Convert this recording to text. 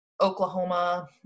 Oklahoma